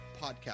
podcast